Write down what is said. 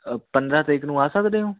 ਪੰਦਰਾਂ ਤਰੀਕ ਨੂੰ ਆ ਸਕਦੇ ਹੋ